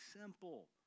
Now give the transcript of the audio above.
simple